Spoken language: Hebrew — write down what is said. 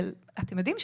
אתם יודעים,